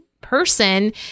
person